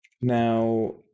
Now